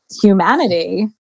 humanity